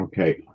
Okay